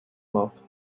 moved